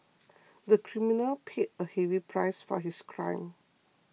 the criminal paid a heavy price for his crime